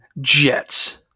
Jets